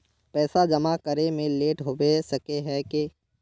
पैसा जमा करे में लेट होबे सके है की?